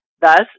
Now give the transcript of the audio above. thus